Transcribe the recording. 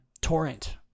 Torrent